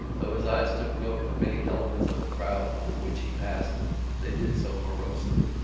though his eyes took note of many elements of the crowd through which he passed they did so morosely.